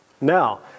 Now